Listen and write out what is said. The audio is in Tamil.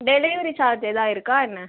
டெலிவரி சார்ஜ் ஏதாது இருக்கா என்ன